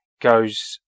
goes